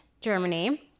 Germany